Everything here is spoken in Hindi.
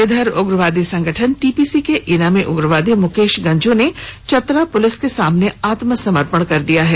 इधर उग्रवादी संगठन टीपीसी के इनामी उग्रवादी मुकेश गंजू ने चतरा पुलिस के सामने आत्मसमर्पण कर दिया है